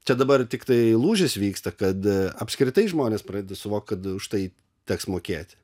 čia dabar tiktai lūžis vyksta kad apskritai žmonės pradeda suvokti kad už tai teks mokėti